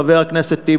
חבר הכנסת טיבי,